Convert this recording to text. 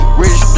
rich